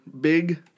big